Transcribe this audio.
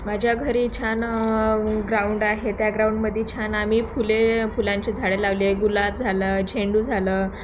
माझ्या घरी छान ग्राउंड आहे त्या ग्राउंडमध्ये छान आम्ही फुले फुलांचे झाडे लावले आहे गुलाब झालं झेंडू झालं